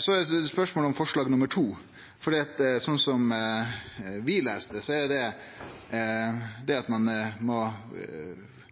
Til forslag nr. 2, frå Raudt: Slik vi les det, handlar det om at eigenkapitalen til gruppene må kome ned på det